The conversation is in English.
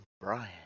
brian